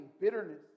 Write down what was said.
bitterness